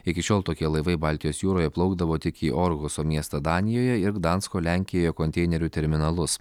iki šiol tokie laivai baltijos jūroje plaukdavo tik į orhuso miestą danijoje ir gdansko lenkijoje konteinerių terminalus